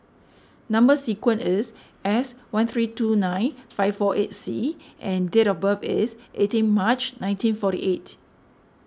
Number Sequence is S one three two nine five four eight C and date of birth is eighteen March nineteen forty eight